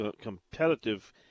competitive